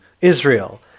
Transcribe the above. Israel